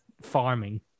farming